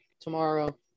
tomorrow